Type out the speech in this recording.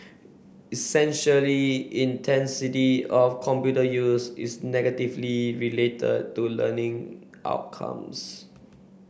essentially intensity of computer use is negatively related to learning outcomes